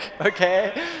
okay